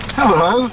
Hello